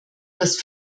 das